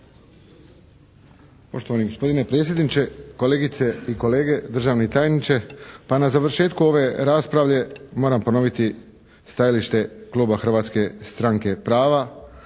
Poštovani gospodine predsjedniče, kolegice i kolege, državni tajniče. Pa na završetku ove rasprave moram ponoviti stajalište kluba Hrvatske stranke prava,